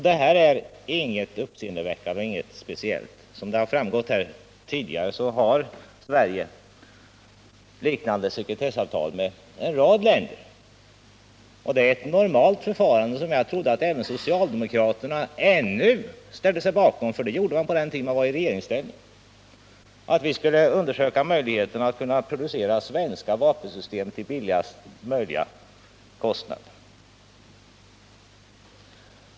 Detta är ingenting vare sig speciellt eller uppseendeväckande. Som det framgått här tidigare har Sverige liknande sekretessavtal med en rad länder, vilket är ett normalt förfarande som jag trodde att även socialdemokraterna alltjämt ställde sig bakom, eftersom de gjorde det på den tiden då de befann sig i regeringsställning. Då skulle vi undersöka förutsättningarna för att kunna producera svenska vapensystem till lägsta möjliga kostnad.